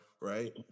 right